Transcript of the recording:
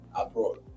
abroad